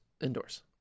indoors